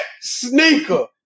sneaker